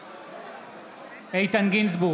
בעד איתן גינזבורג,